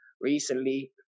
recently